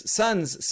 son's